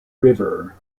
river